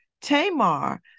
Tamar